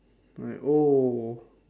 like oh